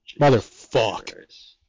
Motherfuck